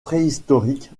préhistorique